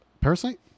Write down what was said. Parasite